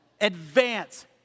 Advance